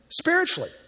Spiritually